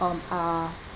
um are